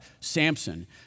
Samson